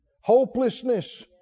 hopelessness